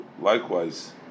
likewise